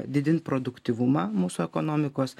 didint produktyvumą mūsų ekonomikos